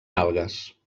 algues